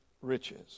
riches